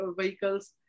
vehicles